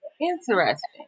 Interesting